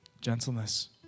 gentleness